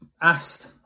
asked